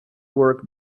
work